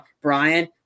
brian